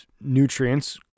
nutrients